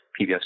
PBS